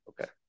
Okay